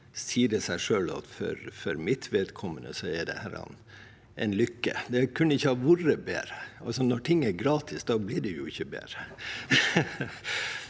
sier det seg selv at for mitt vedkommende er dette en lykke. Det kunne ikke ha vært bedre. Når noe er gratis, blir det jo ikke bedre.